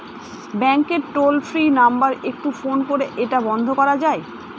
ব্যাংকের toll free number একটু phone করে এটা বন্ধ করা যায়?